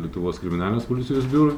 lietuvos kriminalinės policijos biurui